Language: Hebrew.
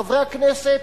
חברי הכנסת,